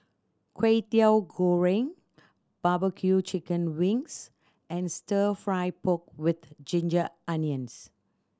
Kwetiau Goreng barbecue chicken wings and Stir Fry pork with ginger onions